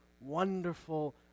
wonderful